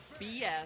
BS